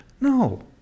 No